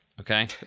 okay